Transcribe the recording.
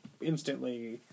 instantly